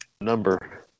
number